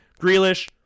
Grealish